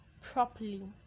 properly